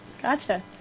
Gotcha